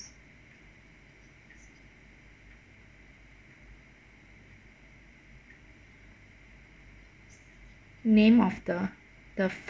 name of the the